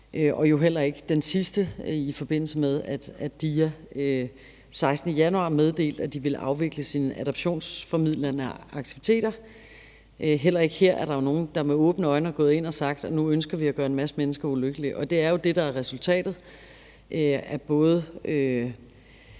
og jo heller ikke den sidste, i forbindelse med at DIA den 16. januar meddelte, at de ville afvikle deres adoptionsformidlende aktiviteter. Heller ikke her er der jo nogen, der med åbne øjne har gået ind og sagt, at de nu ønsker at gøre en masse mennesker ulykkelige, og det er jo det, der er resultatet af både